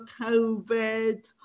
COVID